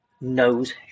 knows